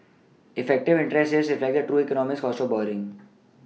effective interest rates reflect the true economic cost of borrowing